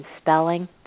spelling –